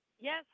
yes